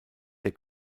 der